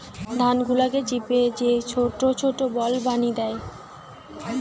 ধান গুলাকে চিপে যে ছোট ছোট বল বানি দ্যায়